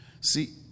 See